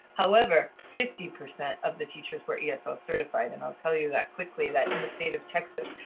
however, fifty percent of the teachers were yeah esl-certified. and i'll tell you that quickly that in the state of texas,